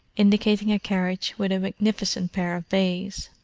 indicating a carriage with a magnificent pair of bays.